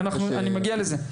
אני מגיע לזה.